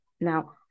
Now